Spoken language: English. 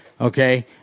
Okay